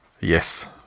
Yes